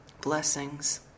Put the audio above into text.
blessings